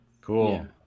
Cool